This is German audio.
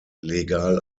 legal